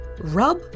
Rub